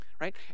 Right